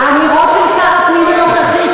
האמירות של שר הפנים הנוכחי,